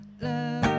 love